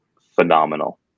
phenomenal